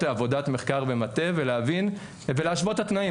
עבודת מחקר ומטה ולהשוות את התנאים.